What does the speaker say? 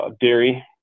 dairy